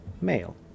male